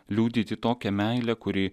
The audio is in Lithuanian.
liudyti tokią meilę kuri